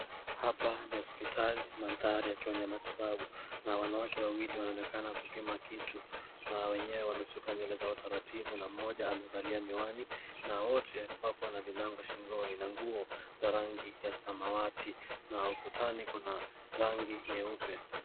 Hapa ni hospitali mandhari yakiwa ni ya matibabu na wanawake wawili wanaonekana kupima kitu. Na wenyewe wameshuka nywele zao taratibu, na mmoja amevalia miwani na wote wako na vibango shingoni. Na nguo za rangi ya samawati na kutani kuna rangi nyeupe.